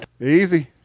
Easy